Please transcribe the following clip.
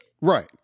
right